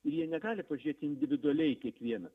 jie negali pažiūrėti individualiai į kiekvieną